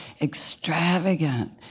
extravagant